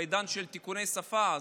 בעידן של תיקוני שפה,